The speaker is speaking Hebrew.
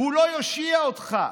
הוא לא יושיע אותך,